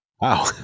Wow